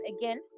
again